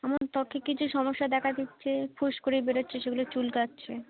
আমার ত্বকে কিছু সমস্যা দেখা দিচ্ছে ফুসকুড়ি বেরোচ্ছে সেগুলো চুলকাচ্ছে